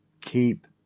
Keep